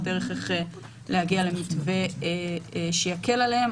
ערך איך להגיע למתווה שיקל עליהם.